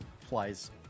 flies